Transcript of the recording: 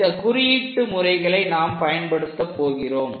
இந்த குறியீட்டு முறைகளை இதை நாம் பயன்படுத்த போகிறோம்